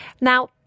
Now